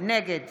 נגד